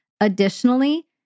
Additionally